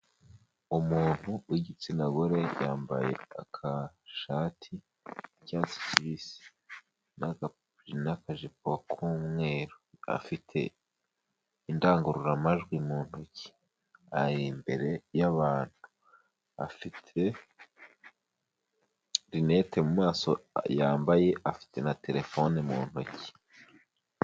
Umuntu w'igitsina gore yambaye agashati k'icyatsi kibisi n'akajipo k'umweru, afite indangururamajwi mu ntoki ari imbere y'abantu, afite linete mu maso yambaye, afite na terefone mu ntoki.